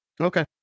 Okay